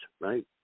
right